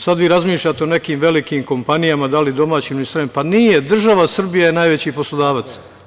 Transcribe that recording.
Sad vi razmišljate o nekim velikim kompanijama da li domaćim ili stranim, pa nije, država Srbija je najveći poslodavac.